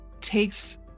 takes